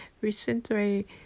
Recently